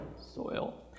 soil